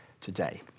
today